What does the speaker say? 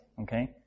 okay